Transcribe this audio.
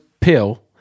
pill